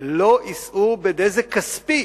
לא יישאו בנזק כספי